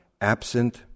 absent